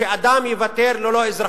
שאדם ייוותר ללא אזרחות.